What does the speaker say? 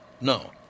No